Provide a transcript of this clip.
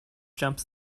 jumps